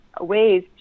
ways